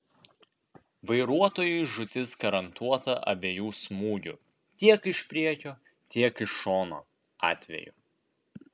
vairuotojui žūtis garantuota abiejų smūgių tiek iš priekio tiek iš šono atveju